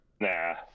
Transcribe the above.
Nah